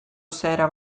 esaera